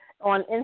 on